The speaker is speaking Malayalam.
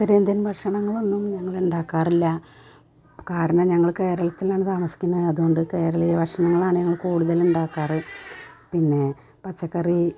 ഉത്തരേന്ത്യൻ ഭഷണങ്ങളൊന്നും ഞങ്ങളുണ്ടാക്കാറില്ല കാരണം ഞങ്ങൾ കേരളത്തിലാണ് താമസിക്കണെ അതുകൊണ്ടു കേരളീയ ഭക്ഷണങ്ങളാണ് കൂടുതലുണ്ടാക്കാറ് പിന്നെ പച്ചക്കറി